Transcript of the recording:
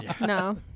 No